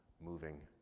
moving